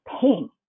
pain